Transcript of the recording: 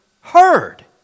heard